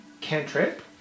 cantrip